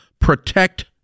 protect